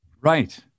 Right